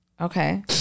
Okay